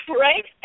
right